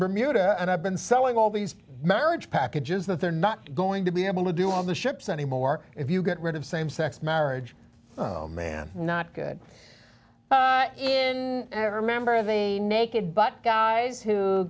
bermuda and i've been selling all these marriage packages that they're not going to be able to do on the ships anymore if you get rid of same sex marriage oh man not good in every member of the naked but guys who